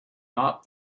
not